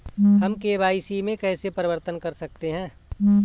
हम के.वाई.सी में कैसे परिवर्तन कर सकते हैं?